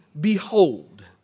behold